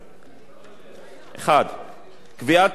1. קביעת סייג על העברת רשיונות,